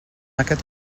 aquest